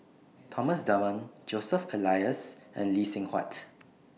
Thomas Dunman Joseph Elias and Lee Seng Huat